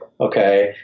okay